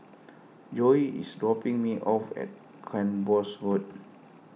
Joelle is dropping me off at Cranbornes Road